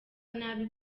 nabi